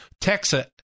Texas